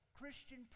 Christian